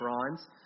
bronze